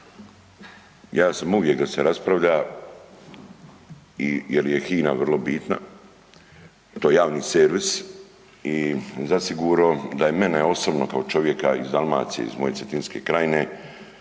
Ja sam uvijek da se raspravlja jer je HINA vrlo bitna. To je javni servis i zasigurno da je mene osobno kao čovjeka iz Dalmacije, iz moje Cetinske krajine,